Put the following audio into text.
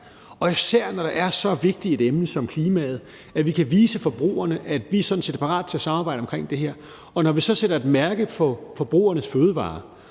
især, når det er så vigtigt et emne som klimaet, altså at vi kan vise forbrugerne, at vi sådan set er parate til at samarbejde om det her. Når vi så sætter et mærke på forbrugernes fødevarer